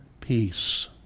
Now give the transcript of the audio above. peace